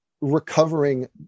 recovering